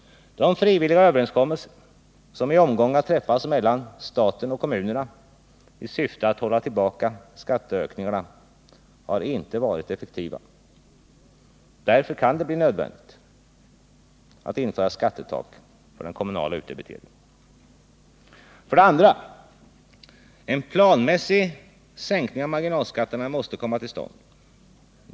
De frivilliga överenskommelser som i omgångar träffats mellan staten och kommunerna i syfte att hålla tillbaka skatteökningarna har inte varit effektiva. Därför kan det bli nödvändigt att införa skattetak för den kommunala utdebiteringen. 2. En planmässig sänkning av marginalskatterna måste komma till stånd.